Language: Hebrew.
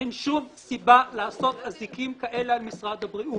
אין שום סיבה לעשות אזיקים כאלה על משרד הבריאות,